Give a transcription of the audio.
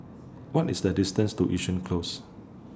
What IS The distance to Yishun Close